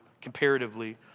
comparatively